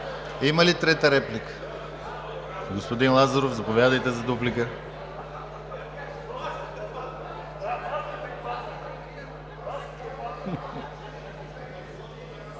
Има ли трета реплика? Господин Лазаров, заповядайте за дуплика.